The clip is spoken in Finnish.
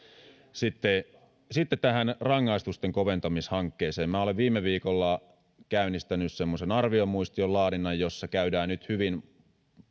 sitten sitten rangaistusten koventamishankkeeseen minä olen viime viikolla käynnistänyt semmoisen arviomuistion laadinnan jossa käydään nyt hyvin